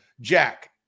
Jack